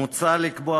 מוצע לקבוע,